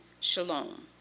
shalom